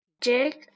jig